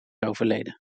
overleden